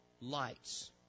lights